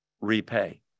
repay